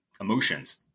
emotions